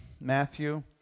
Matthew